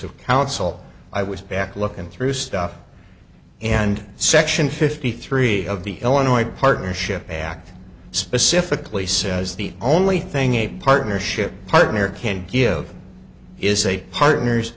of counsel i was back looking through stuff and section fifty three of the illinois partnership act specifically says the only thing a partnership partner can give them is a partner